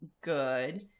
good